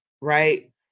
right